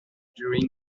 during